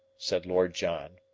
said lord john.